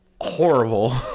horrible